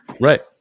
right